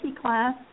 class